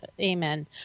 Amen